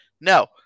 no